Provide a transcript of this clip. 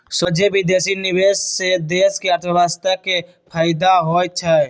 सोझे विदेशी निवेश से देश के अर्थव्यवस्था के फयदा होइ छइ